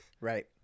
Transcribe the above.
Right